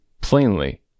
Plainly